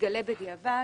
מתגלה בדיעבד